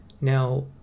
Now